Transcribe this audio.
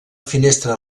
finestra